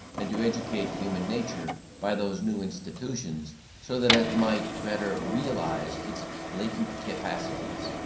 and to educate human nature by those new institutions so that it might better realise its latent capacities.